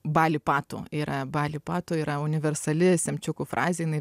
bali patu yra bali patu yra universali semčiukų frazė inai